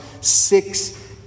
six